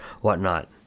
whatnot